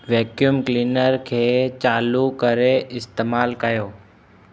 vacuum cleaner खे चालू करे इस्तेमालु कयो